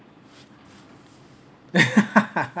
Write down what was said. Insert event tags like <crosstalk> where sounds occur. <laughs>